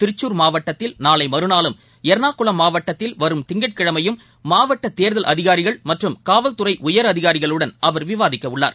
திருச்சூர் மாவட்டத்தில் நாளைமறநாளும் எர்னாகுளம் மாவட்டத்தில் வரும் திங்கட்கிழமையும் மாவட்டதேர்தல் அதிகாரிகள் மற்றும் காவல்துறைஉயர் அதிகாரிகளுடன் அவர் விவாதிக்கவுள்ளார்